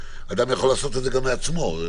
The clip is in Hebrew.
אדם משאיר את הטלפון יש גם שאלה של טווח האיכון.